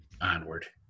onward